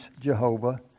Jehovah